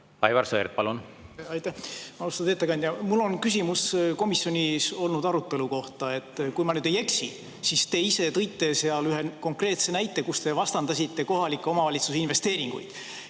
Aivar Sõerd, palun! Aitäh! Austatud ettekandja! Mul on küsimus komisjonis olnud arutelu kohta. Kui ma nüüd ei eksi, siis te ise tõite seal ühe konkreetse näite, kus te vastandasite kohalike omavalitsuste investeeringuid.